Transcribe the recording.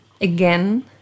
again